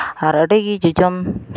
ᱟᱨ ᱟᱹᱰᱤᱜᱮ ᱡᱚᱡᱚᱢ